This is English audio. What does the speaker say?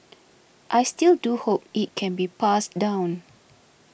I still do hope it can be passed down